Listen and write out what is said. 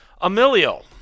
Emilio